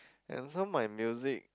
and some my music